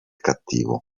cattivo